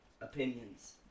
opinions